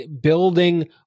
building